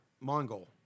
Mongol